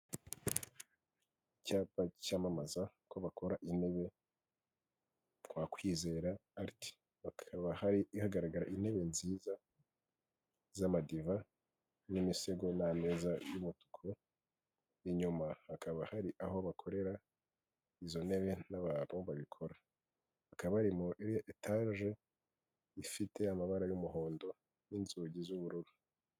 Icyapa cyamamaza ko bakora intebe, kwizera ariti. Bakaba hagaragara intebe nziza z'amadiva n'imisego n'ameza y'umutuku, inyuma hakaba hari aho bakorera izo ntebe n'abantu babikora. Bakaba bari muri etage ifite amabara y'umuhondo n'inzugi z'ubururu.